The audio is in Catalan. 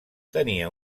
tenia